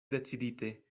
decidite